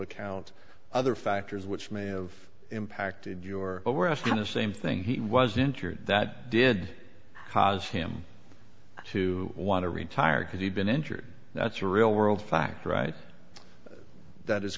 account other factors which may have impacted your but we're asking the same thing he was entered that did cause him to want to retire because he'd been injured that's a real world fact right that is